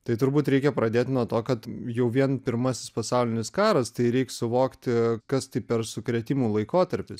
tai turbūt reikia pradėt nuo to kad jau vien pirmasis pasaulinis karas tai reik suvokti kas tai per sukrėtimų laikotarpis